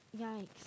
yikes